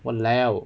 !walao!